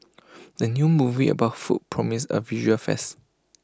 the new movie about food promises A visual feast